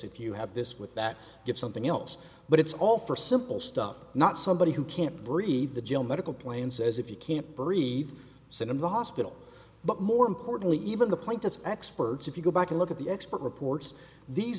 if you have this with that if something else but it's all for simple stuff not somebody who can't breathe the gel medical plane says if you can't breathe sit in the hospital but more importantly even the plane that's experts if you go back and look at the expert reports these